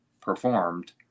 performed